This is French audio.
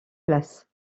places